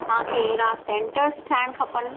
असांखे अहिड़ा सेंटर्स ठाहिणु खपनि